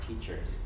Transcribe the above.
teachers